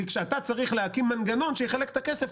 כשאתה צריך להקים מנגנון שיחלק את הכסף,